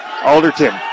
Alderton